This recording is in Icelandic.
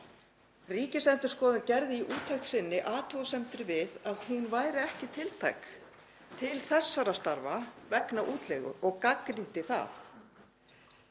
Ríkisendurskoðun gerði í úttekt sinni athugasemdir við að hún væri ekki tiltæk til þessara starfa vegna útleigu og gagnrýndi það.